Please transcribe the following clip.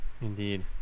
Indeed